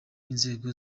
inzego